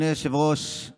אני מניח שרוב חבריי